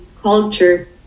culture